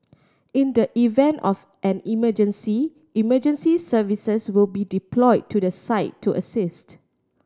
in the event of an emergency emergency services will be deployed to the site to assist